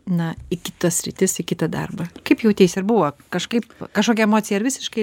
na į kitas sritis į kitą darbą kaip jauteisi ir buvo kažkaip kažkokia emocija ar visiškai